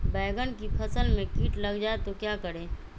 बैंगन की फसल में कीट लग जाए तो क्या करें?